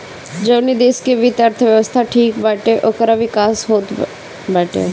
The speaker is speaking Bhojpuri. जवनी देस के वित्तीय अर्थव्यवस्था ठीक बाटे ओकर विकास बहुते होत बाटे